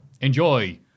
Enjoy